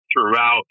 throughout